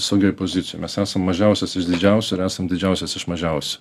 saugioj pozicijoj mes esam mažiausias iš didžiausių ir esam didžiausias iš mažiausių